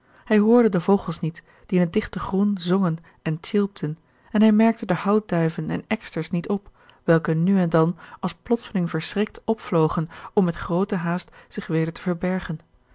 hij hoorde de vogels niet die in het dichte groen zongen en tjilpten en hij merkte de houtduiven en eksters niet op welke nu en dan als plotseling verschrikt opvlogen om met groote haast zich weder te verbergen